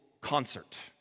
concert